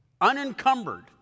unencumbered